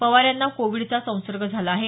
पवार यांना कोविडचा संसर्ग झाला आहे